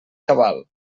cabal